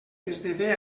esdevé